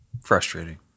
Frustrating